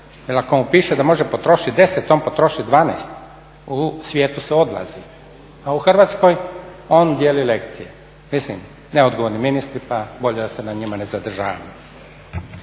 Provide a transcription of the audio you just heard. jel ako mu piše da može potrošiti 10 on potroši 12 u svijetu se odlazi, a u Hrvatskoj on dijeli lekcije. Mislim neodgovorni ministri pa bolje da se njima ne zadržavam.